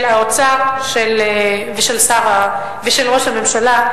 של האוצר ושל ראש הממשלה,